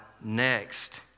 next